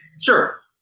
sure